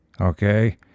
okay